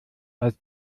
als